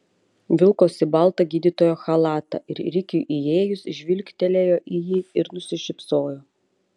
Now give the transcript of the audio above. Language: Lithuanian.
vilkosi baltą gydytojo chalatą ir rikiui įėjus žvilgtelėjo į jį ir nusišypsojo